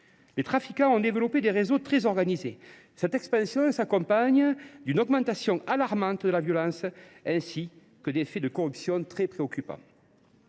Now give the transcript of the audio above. Les trafiquants ont développé des réseaux très organisés. Cette expansion s’accompagne d’une augmentation alarmante de la violence, ainsi que de faits de corruption très préoccupants.